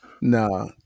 Nah